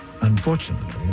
unfortunately